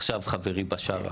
עכשיו חברי בשארה.